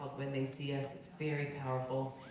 when they see us. it's very powerful.